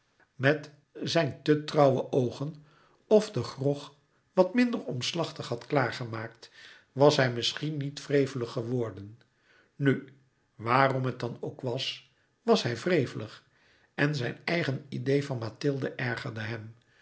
met zijn te trouwe oogen of den grog wat minder omslachtig had klaargemaakt was hij misschien niet wrevelig geworden nu waarom het dan ook was wàs hij wrevelig en zijn eigen idee van mathilde ergerde hem